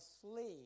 sleep